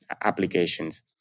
applications